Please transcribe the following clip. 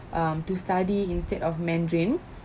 um to study instead of mandarin